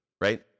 right